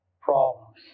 problems